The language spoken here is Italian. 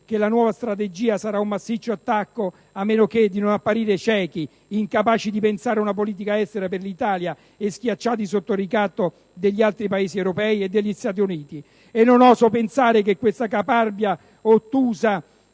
che la nuova strategia sarà di massiccio attacco, a meno di non apparire ciechi, incapaci di pensare una politica estera per l'Italia e schiacciati sotto il ricatto degli altri Paesi europei e degli Stati Uniti. E non oso pensare che questa caparbia ottusità